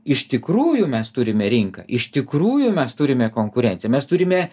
iš tikrųjų mes turime rinką iš tikrųjų mes turime konkurenciją mes turime